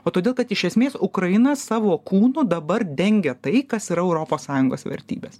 o todėl kad iš esmės ukraina savo kūnu dabar dengia tai kas yra europos sąjungos vertybes